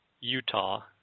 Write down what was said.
Utah